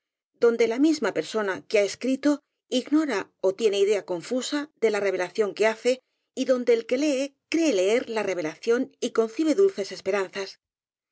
donde la misma persona que ha escrito ignora ó tiene idea confusa de la revelación que hace y donde el que lee cree leer la revelación y concibe dulces esperanzas